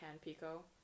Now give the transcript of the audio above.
pico